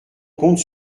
compte